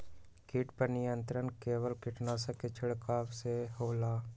किट पर नियंत्रण केवल किटनाशक के छिंगहाई से होल?